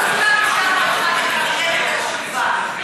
מההיגיון.